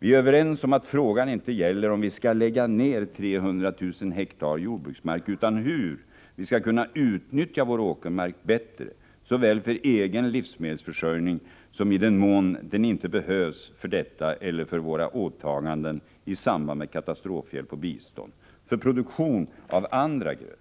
Vi är överens om att frågan inte gäller om vi skall lägga ner 300 000 hektar jordbruksmark, utan hur vi skall kunna utnyttja vår åkermark bättre, såväl för egen livsmedelsförsörjning som —i den mån den inte behövs för detta eller för våra åtaganden i samband med katastrofhjälp och bistånd — för produktion av andra grödor.